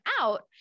out